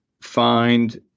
Find